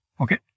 okay